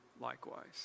likewise